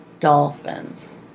dolphins